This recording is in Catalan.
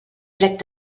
plec